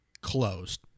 closed